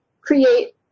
create